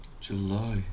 July